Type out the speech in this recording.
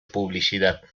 publicidad